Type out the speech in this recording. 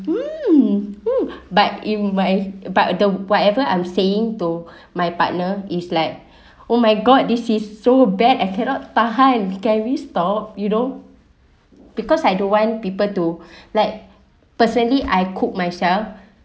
um um but in my but the whatever I'm saying to my partner is like oh my god this is so bad I cannot tahan can we stop you know because I don't want people to like personally I cook myself